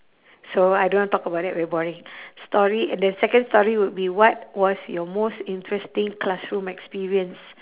so I don't want to talk about that very boring story and the second story would be what was your most interesting classroom experience